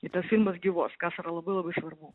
tas filmas gyvuos kas yra labai labai svarbu